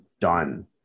done